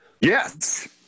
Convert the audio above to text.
Yes